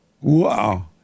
Wow